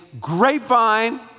Grapevine